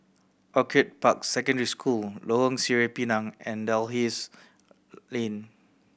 Orchid Park Secondary School Lorong Sireh Pinang and Dalhousie Lane